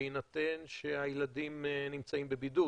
בהינתן שהילדים נמצאים בבידוד.